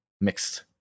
mixed